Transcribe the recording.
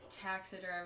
taxidermy